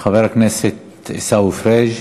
חבר הכנסת עיסאווי פריג'.